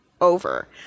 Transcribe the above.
over